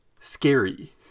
scary